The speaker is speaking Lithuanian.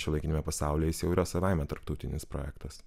šiuolaikiniame pasaulyje jis jau yra savaime tarptautinis projektas